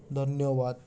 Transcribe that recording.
ଧନ୍ୟବାଦ